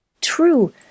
true